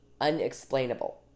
unexplainable